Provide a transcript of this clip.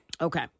Okay